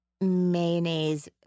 Mayonnaise